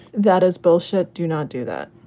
that is bullshit. do not do that.